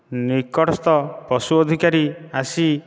ନିକଟସ୍ଥ ପଶୁ ଅଧିକାରୀ ଆସି